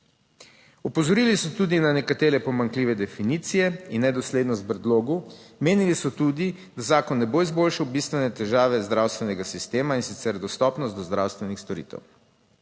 Opozorili so tudi na nekatere pomanjkljive definicije in nedoslednost predlogu. Menili so tudi, da zakon ne bo izboljšal bistvene težave zdravstvenega sistema, in sicer dostopnost do zdravstvenih storitev.